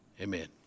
amen